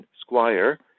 Squire